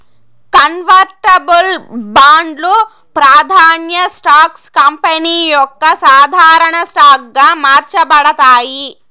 convertible బాండ్లు, ప్రాదాన్య stocks company యొక్క సాధారన స్టాక్ గా మార్చబడతాయి